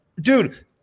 dude